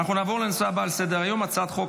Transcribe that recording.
אני קובע כי הצעת חוק